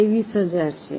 તે 20000 છે